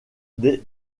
des